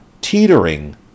teetering